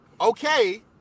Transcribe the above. okay